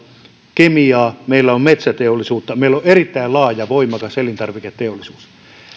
kemiaa meillä on metsäteollisuutta meillä on erittäin laaja voimakas elintarviketeollisuus mutta